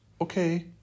Okay